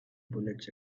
bullets